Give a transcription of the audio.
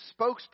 spokesperson